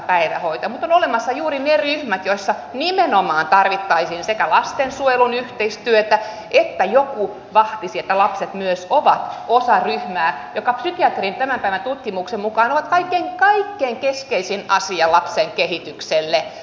mutta on olemassa juuri ne ryhmät joissa nimenomaan tarvittaisiin sekä lastensuojelun yhteistyötä että sitä että joku vahtisi että lapset myös ovat osa ryhmää joka psykiatrian tämän päivän tutkimuksen mukaan on kaikkein keskeisin asia lapsen kehitykselle